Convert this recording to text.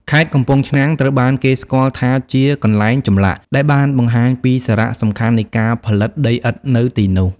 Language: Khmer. ខេត្តកំពង់ឆ្នាំងត្រូវបានគេស្គាល់ថាជាកន្លែងចម្លាក់ ដែលបានបង្ហាញពីសារៈសំខាន់នៃការផលិតដីឥដ្ឋនៅទីនោះ។